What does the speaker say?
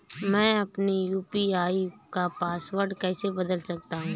मैं अपने यू.पी.आई का पासवर्ड कैसे बदल सकता हूँ?